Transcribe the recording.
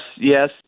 yes